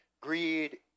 greed